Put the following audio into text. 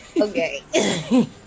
Okay